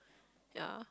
yeah